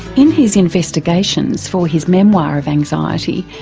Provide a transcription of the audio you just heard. in his investigations for his memoir of anxiety,